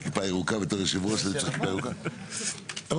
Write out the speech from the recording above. לא,